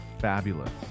fabulous